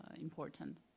important